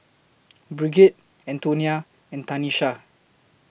Brigid Antonia and Tanesha